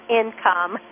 income